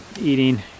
eating